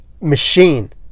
machine